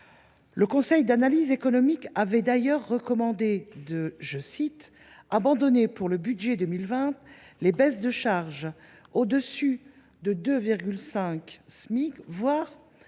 Le Conseil d’analyse économique avait d’ailleurs recommandé d’« abandonner pour le budget 2020 les baisses de charges au dessus de 2,5 Smic, voire